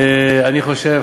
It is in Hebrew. אני חושב,